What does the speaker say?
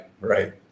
right